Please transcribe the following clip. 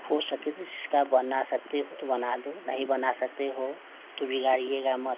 हो सके तो जिसका बना सकते हो तो बना दो नहीं बना सकते हो तो बिगाड़ियेगा मत